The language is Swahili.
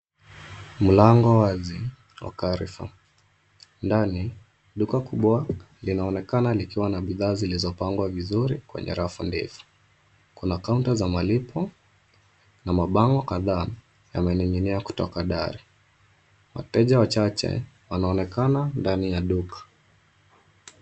Mlango wazi wa CarreFour . Ndani, duka kubwa linaonekana likiwa na bidhaa zilizopangwa vizuri kwenye rafu ndefu. Kuna counter za malipo na mabango kadhaa yamening'inia kutoka dari. Wateja wachache wanaonekana ndani ya duka.